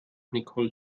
nicole